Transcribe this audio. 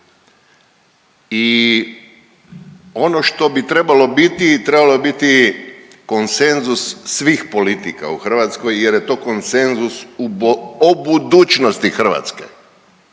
I ono što bi trebalo biti trebalo bi biti konsenzus svih politika u Hrvatskoj jer je to konsenzus o budućnosti Hrvatske.